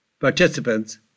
participants